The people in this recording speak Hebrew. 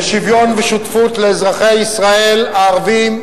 לשוויון ושותפות לאזרחי ישראל הערבים,